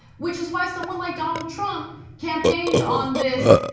which is why someone like donald trump campaigned on this,